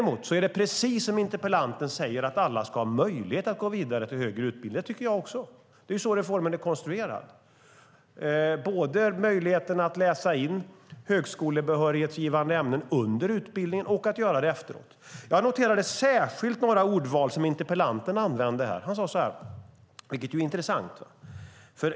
Men precis som interpellanten säger ska alla ha möjlighet att gå vidare till högre utbildning. Det tycker jag också, och så är reformen konstruerad. Man ska både ha möjligheten att läsa in högskolebehörighetsgivande ämnen under utbildningen och efteråt. Jag noterade några intressanta ordval hos interpellanten.